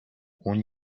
اون